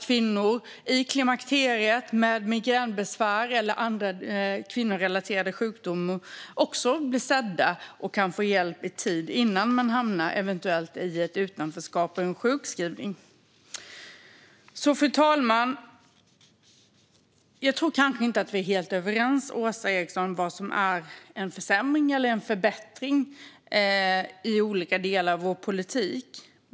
Kvinnor i klimakteriet med migränbesvär eller andra kvinnorelaterade sjukdomar ska bli sedda och få hjälp innan de eventuellt hamnar i utanförskap och sjukskrivning. Fru talman! Jag tror kanske inte att Åsa Eriksson och jag är helt överens om vad som är en försämring eller en förbättring i olika delar av politiken.